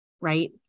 Right